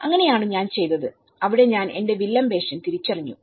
അങ്ങനെയാണ് ഞാൻ ചെയ്തത് അവിടെ ഞാൻ എന്റെ വില്ലൻ വേഷം തിരിച്ചറിഞ്ഞു